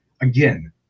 Again